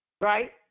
right